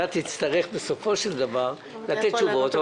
אתה תצטרך בסופו של דבר לענות תשובות,